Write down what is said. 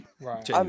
Right